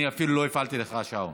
אני אפילו לא הפעלתי לך שעון.